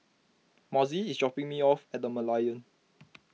Mossie is dropping me off at the Merlion